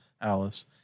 ALICE